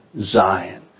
Zion